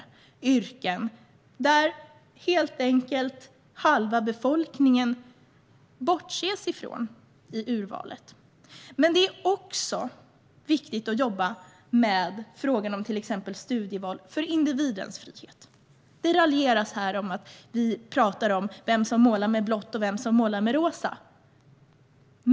Detta är yrken där man helt enkelt bortser från halva befolkningen vid urvalet. Men det är också viktigt att jobba med frågan om till exempel studieval för individens frihet. Det raljeras här om att vi talar om vem som målar med blått och vem som målar med rosa.